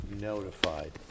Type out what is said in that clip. notified